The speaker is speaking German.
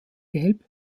gelb